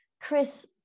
Chris